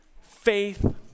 faith